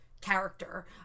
character